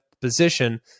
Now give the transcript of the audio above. position